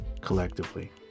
collectively